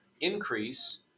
increase